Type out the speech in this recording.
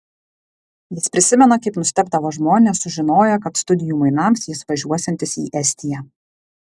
jis prisimena kaip nustebdavo žmonės sužinoję kad studijų mainams jis važiuosiantis į estiją